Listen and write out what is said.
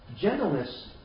Gentleness